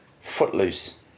footloose